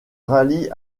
rallie